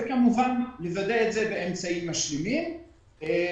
וכמובן לוודא את זה באמצעים משלימים.